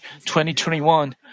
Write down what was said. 2021